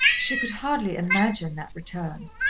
she could hardly imagine that return.